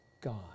God